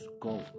go